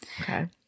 Okay